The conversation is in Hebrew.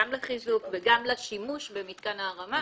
גם לחיזוק וגם לשימוש במתקן ההרמה.